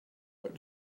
what